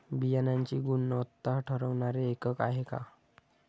बियाणांची गुणवत्ता ठरवणारे एकक आहे का?